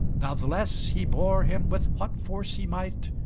natheless he bore him with what force he might,